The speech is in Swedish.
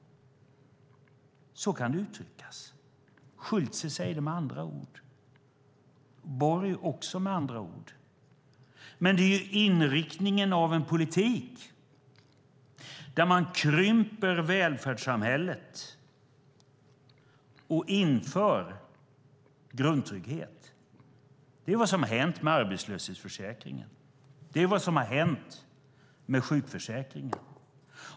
Så kan det uttryckas. Schulte säger det med andra ord. Borg säger det också med andra ord. Men det är inriktningen av en politik där man krymper välfärdssamhället och inför grundtrygghet. Det är vad som har hänt med arbetslöshetsförsäkringen. Det är vad som har hänt med sjukförsäkringen.